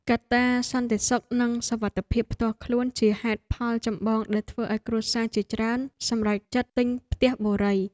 កត្តាសន្តិសុខនិងសុវត្ថិភាពផ្ទាល់ខ្លួនជាហេតុផលចម្បងដែលធ្វើឱ្យគ្រួសារជាច្រើនសម្រេចចិត្តទិញផ្ទះបុរី។